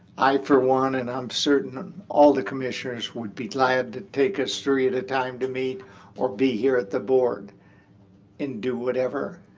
i, for one, and i'm certain all the commissioners would be glad to take us three at a time to meet or be here at the board and do whatever.